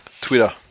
Twitter